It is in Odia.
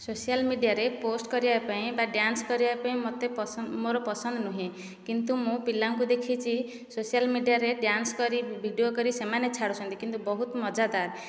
ସୋସିଆଲ୍ ମିଡ଼ିଆରେ ପୋଷ୍ଟ କରିବା ପାଇଁ ବା ଡ୍ୟାନ୍ସ କରିବା ପାଇଁ ମୋତେ ପସନ୍ଦ ମୋର ପସନ୍ଦ ନୁହେଁ କିନ୍ତୁ ମୁଁ ପିଲାଙ୍କୁ ଦେଖିଛି ସୋସିଆଲ୍ ମିଡ଼ିଆରେ ଡ୍ୟାନ୍ସ କରି ଭିଡ଼ିଓ କରି ସେମାନେ ଛାଡ଼ୁଛନ୍ତି କିନ୍ତୁ ବହୁତ ମଜାଦାର୍